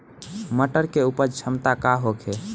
मटर के उपज क्षमता का होखे?